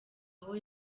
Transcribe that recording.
aho